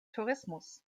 tourismus